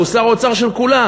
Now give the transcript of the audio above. והוא שר האוצר של כולם.